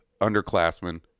underclassmen